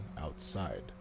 outside